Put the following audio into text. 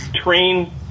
train